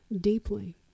deeply